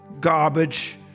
garbage